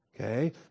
Okay